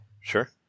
sure